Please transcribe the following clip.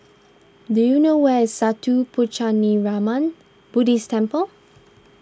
do you know where is Sattha Puchaniyaram Buddhist Temple